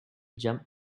jump